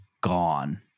gone